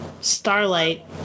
Starlight